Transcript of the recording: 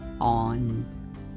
on